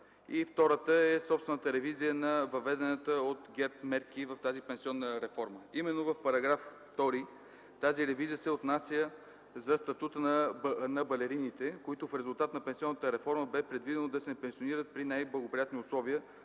причина е собствената ревизия на въведените от ГЕРБ мерки в тази пенсионна реформа. Именно в § 2 тази ревизия се отнася за статута на балерините, които в резултат на пенсионната реформа бе предвидено да се пенсионират при най-благоприятни условия,